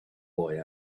boy